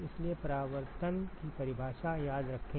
इसलिए परावर्तन की परिभाषा याद रखें